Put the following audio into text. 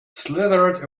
slithered